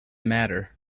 matter